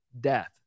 death